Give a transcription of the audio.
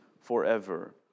forever